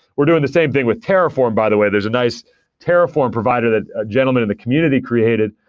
we're doing the same thing with terraform, by the way. there's a nice terraform provider that a gentleman in the community created,